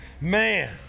man